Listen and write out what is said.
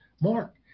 Mark